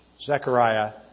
Zechariah